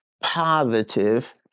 positive